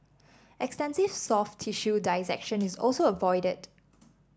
extensive soft tissue dissection is also avoided